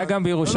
היה גם בירושלים.